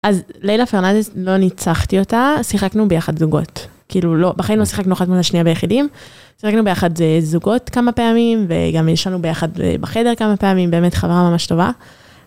אז לילה פרנזס, לא ניצחתי אותה, שיחקנו ביחד זוגות. כאילו, בחיים לא שיחקנו אחת מאותה שנייה ביחידים. שיחקנו ביחד זוגות כמה פעמים, וגם ישננו ביחד בחדר כמה פעמים, באמת חברה ממש טובה.